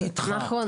אני איתך.